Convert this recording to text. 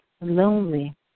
lonely